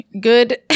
Good